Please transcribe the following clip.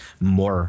more